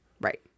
Right